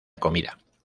comida